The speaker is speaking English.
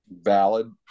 valid